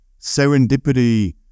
serendipity